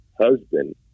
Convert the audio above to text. husband